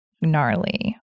gnarly